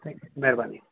थिए महिरबानी